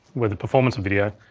with the performance of video,